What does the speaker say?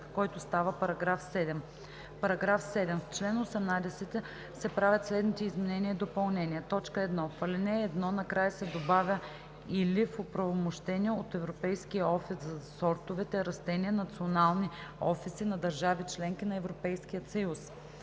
който става § 7: „§ 7. В чл. 18 се правят следните изменения и допълнения: 1. В ал. 1 накрая се добавя „или в оправомощени от Европейския офис за сортовете растения национални офиси на държави-членки на Европейския съюз“.